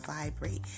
vibrate